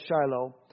Shiloh